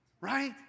Right